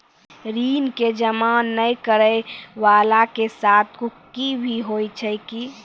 ऋण के जमा नै करैय वाला के साथ कुर्की भी होय छै कि?